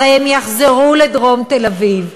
הרי הם יחזרו לדרום תל-אביב.